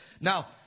Now